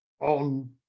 on